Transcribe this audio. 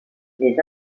les